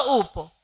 upo